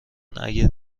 اگه